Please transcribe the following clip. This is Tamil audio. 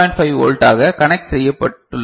5 வோல்ட்டாக கனெக்ட் செய்யப்பட்டுள்ளது